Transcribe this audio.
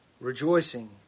rejoicing